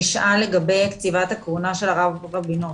נשאל לגבי קציבת הכהונה של הרב רבינוביץ,